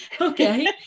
okay